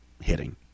hitting